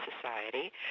society